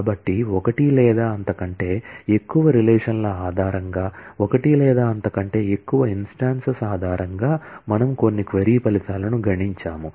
కాబట్టి ఒకటి లేదా అంతకంటే ఎక్కువ రిలేషన్ ల ఆధారంగా ఒకటి లేదా అంతకంటే ఎక్కువ ఇన్స్టాన్సెస్ ఆధారంగా మనము కొన్ని క్వరీ ఫలితాలను గణించాము